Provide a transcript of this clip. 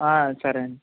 సరే అండి